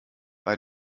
bei